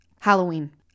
Halloween